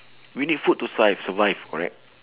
we need food to survive survive correct